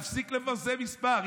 נפסיק לפרסם מספר.